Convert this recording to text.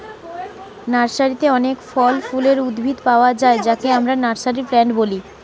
নার্সারিতে অনেক ফল ফুলের উদ্ভিদ পায়া যায় যাকে আমরা নার্সারি প্লান্ট বলি